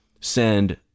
send